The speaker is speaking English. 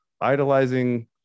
idolizing